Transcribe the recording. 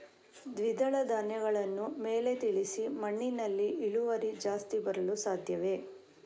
ದ್ವಿದಳ ಧ್ಯಾನಗಳನ್ನು ಮೇಲೆ ತಿಳಿಸಿ ಮಣ್ಣಿನಲ್ಲಿ ಇಳುವರಿ ಜಾಸ್ತಿ ಬರಲು ಸಾಧ್ಯವೇ?